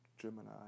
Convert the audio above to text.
Gemini